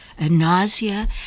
nausea